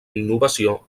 innovació